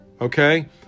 Okay